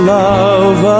love